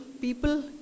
people